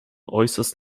äußerst